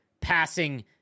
passing